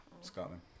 Scotland